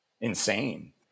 insane